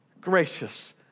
gracious